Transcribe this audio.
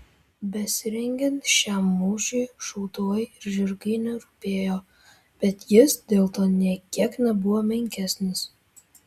besirengiant šiam mūšiui šautuvai ir žirgai nerūpėjo bet jis dėl to nė kiek nebuvo menkesnis